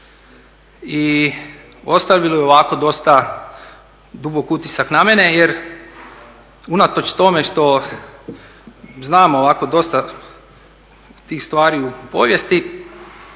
I ostavilo je ovako dubok utisak na mene jer unatoč tome što znam ovako dosta tih stvari u povijesti,